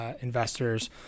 investors